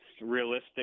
realistic